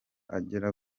agera